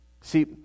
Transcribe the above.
See